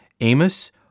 Amos